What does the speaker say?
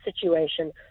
situation